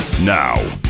Now